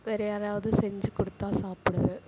வேறு யாராவது செஞ்சு கொடுத்தா சாப்பிடுவேன்